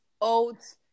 oats